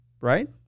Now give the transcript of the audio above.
Right